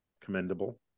Commendable